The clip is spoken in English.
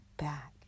back